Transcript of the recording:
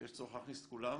יש צורך להכניס את כולם,